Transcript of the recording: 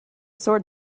sword